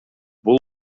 бул